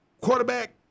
quarterback